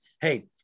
hey